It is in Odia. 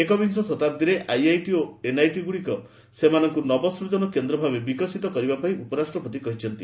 ଏକବିଂଶ ଶତାବ୍ଦୀରେ ଆଇଆଇଟି ଓ ଏନ୍ଆଇଟିଗୁଡ଼ିକ ସେମାନଙ୍କୁ ନବସ୍କଜନ କେନ୍ଦ୍ର ଭାବେ ବିକଶିତ କରିବା ପାଇଁ ଉପରାଷ୍ଟ୍ରପତି କହିଛନ୍ତି